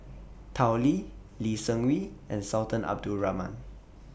Tao Li Lee Seng Wee and Sultan Abdul Rahman